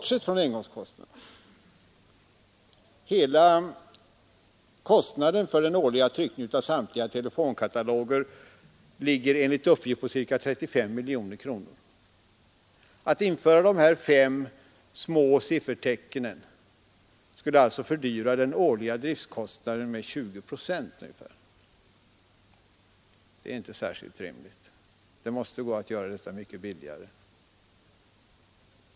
Hela kostnaden för den årliga tryckningen av samtliga telefonkataloger ligger enligt uppgift på ca 35 miljoner kronor. Att införa de här fem små siffertecknen skulle alltså fördyra den årliga driftkostnaden med ungefär 20 procent. Det är inte särskilt rimligt — det måste gå att göra det mycket billigare.